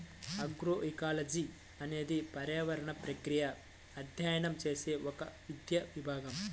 agroecology అనేది పర్యావరణ ప్రక్రియలను అధ్యయనం చేసే ఒక విద్యా విభాగం